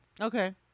Okay